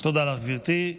תודה לך, גברתי.